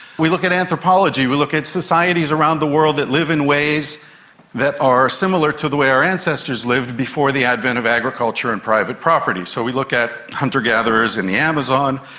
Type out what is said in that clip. we look at anthropology, we look at societies around the world that live in ways that are similar to the way our ancestors lived before the advent of agriculture and private property. so we look at hunter-gatherers in the amazon,